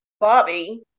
Bobby